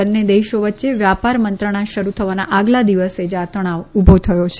બંને દેશો વચ્ચે વ્યાપાર મંત્રણા શરૂ થવાના આગલા દિવસે જ આ તણાવ ઉભો થયો છે